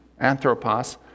anthropos